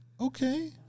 Okay